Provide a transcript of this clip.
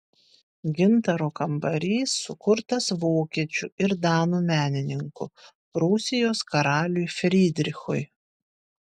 gintaro kambarys sukurtas vokiečių ir danų menininkų prūsijos karaliui frydrichui